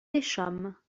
pêchâmes